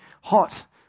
hot